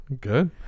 Good